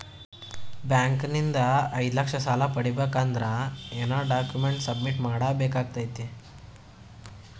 Bank ನಿಂದ ಐದು ಲಕ್ಷ ಸಾಲ ಪಡಿಬೇಕು ಅಂದ್ರ ಏನ ಡಾಕ್ಯುಮೆಂಟ್ ಸಬ್ಮಿಟ್ ಮಾಡ ಬೇಕಾಗತೈತಿ?